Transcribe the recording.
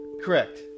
correct